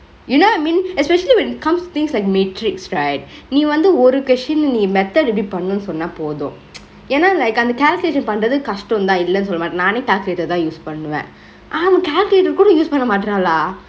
you know what I mean especially when it comes to thingks like matrix right நீ வந்து ஒரு:nee vanthu question நீ:nee method ready பன்னனுனு சொன்னா போது:pannanunu sonna pothu ஏனா அந்த:yenaa anthe calculation பன்ரது கஷ்தந்தா இல்லனு சொல்ல மாட்டெ நானெ:panrathu kashtandthaa illanu solle maatte naane calculator தா:thaa use பன்னுவே அவ:pannuve ave calculator கொட:kodee use பன்ர மாட்டால:panre maatala